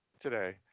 today